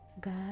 God